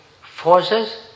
forces